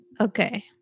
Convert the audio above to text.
Okay